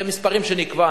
במספרים שנקבע,